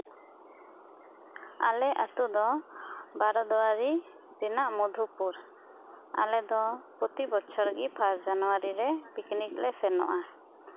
ᱟᱞᱮ ᱟᱹᱛᱩ ᱫᱚ ᱵᱟᱨᱚᱫᱩᱣᱟᱨᱤ ᱨᱮᱱᱟᱜ ᱢᱚᱫᱷᱩᱯᱩᱨ ᱟᱞᱮ ᱫᱚ ᱯᱨᱚᱛᱤ ᱵᱚᱪᱷᱚᱨ ᱜᱮ ᱯᱷᱟᱥ ᱡᱟᱱᱩᱣᱟᱨᱤ ᱨᱮ ᱯᱤᱠᱱᱤᱠ ᱞᱮ ᱥᱮᱱᱚᱜᱼᱟ